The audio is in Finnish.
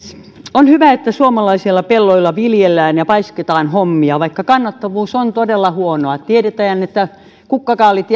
on hyvä että suomalaisilla pelloilla viljellään ja paiskitaan hommia vaikka kannattavuus on todella huonoa tiedetään että kukkakaalit